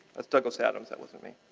that's douglas adams. that wasn't me.